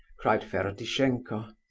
cried ferdishenko.